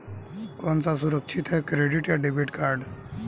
कौन सा सुरक्षित है क्रेडिट या डेबिट कार्ड?